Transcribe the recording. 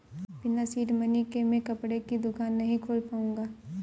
बिना seed money के मैं कपड़े की दुकान नही खोल पाऊंगा